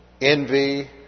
envy